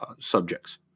subjects